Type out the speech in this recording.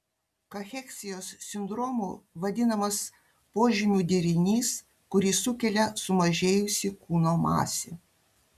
kacheksijos sindromu vadinamas požymių derinys kurį sukelia sumažėjusi kūno masė